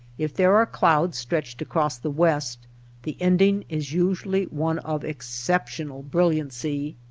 if there are clouds stretched across the west the ending is usually one of ex ceptional brilliancy.